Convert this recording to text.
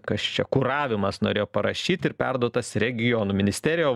kas čia kuravimas norėjo parašyt ir perduotas regionų ministerijai o